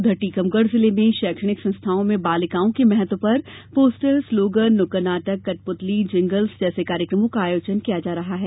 उधर टीकमगढ़ जिले में शैक्षणिक संस्थाओं में बालिकाओं के महत्व पर पोस्टर स्लोगन नुक्कड़ नाटक कठपुतली जिंगल्स जैसे कार्यक्रमों का आयोजन किया जा रहा है